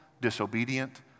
disobedient